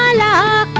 ah la